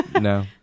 No